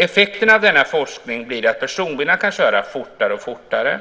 Effekten av denna forskning blir att personbilarna kan köra fortare och fortare